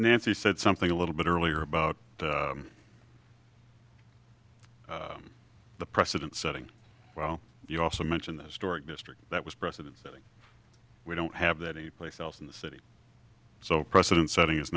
nancy said something a little bit earlier about the precedent setting well you also mention the historic district that was precedent setting we don't have that any place else in the city so precedent setting is